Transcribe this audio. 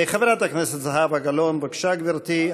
חברת הכנסת זהבה גלאון, בבקשה, גברתי.